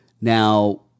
Now